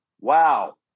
Wow